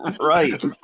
Right